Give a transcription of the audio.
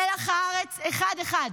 מלח הארץ אחד-אחד.